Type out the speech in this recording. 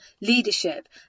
leadership